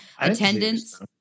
attendance